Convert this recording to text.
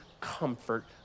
comfort